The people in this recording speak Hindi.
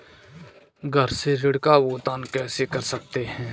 घर से ऋण का भुगतान कैसे कर सकते हैं?